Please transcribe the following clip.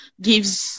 gives